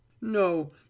no